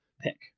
pick